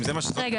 אם זה מה --- רגע,